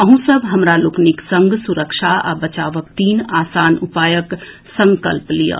अहूँ सभ हमरा लोकनि संग सुरक्षा आ बचावक तीन आसान उपायक संकल्प लियऽ